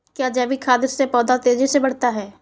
क्या जैविक खाद से पौधा तेजी से बढ़ता है?